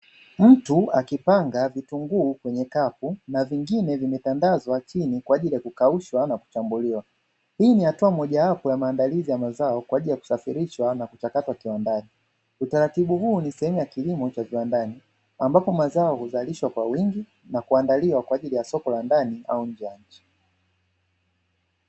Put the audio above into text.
Mtu akipanga vitunguu kwenye kapu na vingine vimetandazwa chini kwa ajili ya kukaushwa na kuchambuliwa hii ni hatua moja wapo ya maandalizi ya mazao kwa ajili ya kusafirishwa na kuchakatwa kiwandani, utaratibu huu ni sehemu ya kilimo cha kiwandani ambapo mazao huzalishwa kwa wingi na kuandaliwa kwa ajili ya soko la ndani au nje ya nchi.